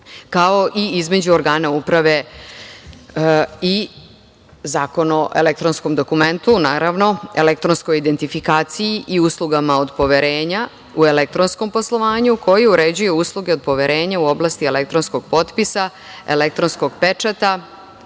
kao i između organa uprave i Zakon o elektronskom dokumentu, naravno o elektronskoj dokumentaciji i uslugama od poverenja u elektronskom poslovanju koji uređuje usluge od poverenja u oblasti elektronskog potpisa, elektronskog pečata,